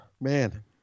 man